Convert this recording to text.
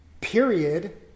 period